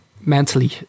mentally